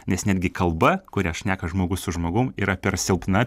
nes netgi kalba kuria šneka žmogus su žmogum yra per silpna